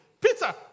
Peter